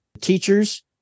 Teachers